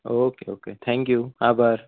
okay okay thank you આભાર